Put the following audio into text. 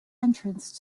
entrance